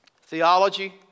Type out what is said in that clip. Theology